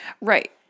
Right